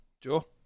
Joe